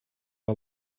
are